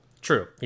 True